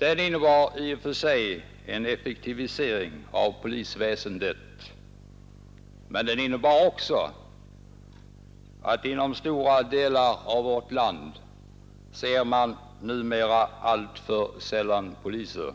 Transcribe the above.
Reformen innebar i och för sig en effektivisering av polisväsendet, men den medförde också att man inom stora delar av vårt land numera alltför sällan ser poliser.